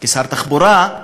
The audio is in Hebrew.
כשר תחבורה,